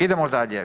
Idemo dalje.